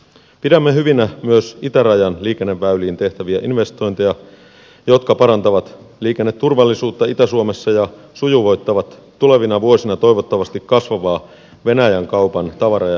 pidämme hyvinä myös itärajan liikenneväyliin tehtäviä investointeja jotka parantavat liikenneturvallisuutta itä suomessa ja sujuvoittavat tulevina vuosina toivottavasti kasvavaa venäjän kaupan tavara ja henkilöliikennettä